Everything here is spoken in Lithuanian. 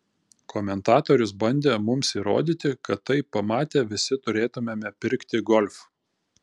komentatorius bandė mums įrodyti kad tai pamatę visi turėtumėme pirkti golf